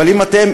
אבל אם אתם,